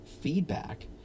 feedback